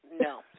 no